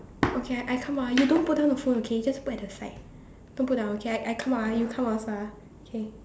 okay I come out you don't put down the phone okay just put at the side don't put down okay I I come out ah you come out also ah K